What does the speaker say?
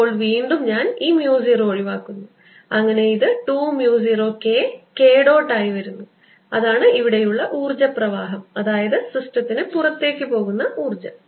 ഇപ്പോൾ വീണ്ടും ഞാൻ ഈ mu 0 ഒഴിവാക്കുന്നു അങ്ങനെ ഇത് 2 mu 0 K K ഡോട്ട് ആയി വരുന്നു അതാണ് ഇവിടെയുള്ള ഊർജപ്രവാഹം അതായത് സിസ്റ്റത്തിനു പുറത്തേക്ക് പോകുന്ന ഊർജ്ജം